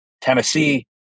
Tennessee